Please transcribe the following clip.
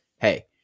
hey